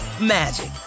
magic